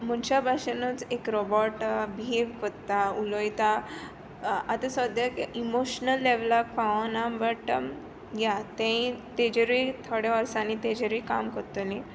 मोनशा भाशेन एक robot behave कोत्ता उलोयता आतां सोद्द्या इमोशनल लेवलाक पावोना बट या तेय तेजेरूय थोड्या वर्सांनी तेजेरूय काम कोत्तोली